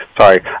sorry